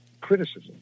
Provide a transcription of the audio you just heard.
criticism